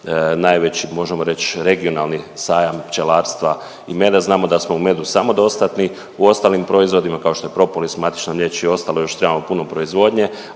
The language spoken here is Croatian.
najveći, možemo reći, regionalni sajam pčelarstva i meda. Znamo da smo u medu samodostatni, u ostalim proizvodima, kao što je propolis, matična mliječ i ostalo, još trebamo puno proizvodnje,